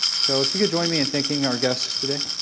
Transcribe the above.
so if you could join me in thanking our guests today.